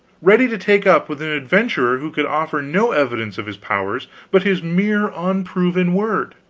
ready to take up with an adventurer who could offer no evidence of his powers but his mere unproven word.